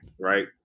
right